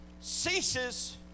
ceases